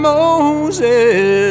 Moses